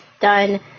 done